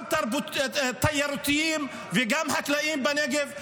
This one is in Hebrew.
גם תיירותיים וגם חקלאיים בנגב.